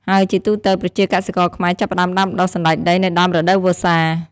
ហើយជាទូទៅ ប្រជាកសិករខ្មែរចាប់ផ្ដើមដាំដុះ សណ្ដែកដីនៅដើមរដូវវស្សា។